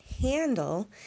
handle